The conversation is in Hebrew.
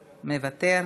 מוותר,